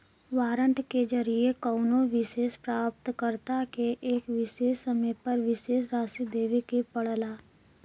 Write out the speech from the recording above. warrant के जरिये कउनो विशेष प्राप्तकर्ता के एक विशेष समय पर विशेष राशि देवे के पड़ला